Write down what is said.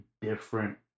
different